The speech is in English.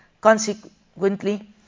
consequently